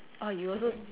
oh you also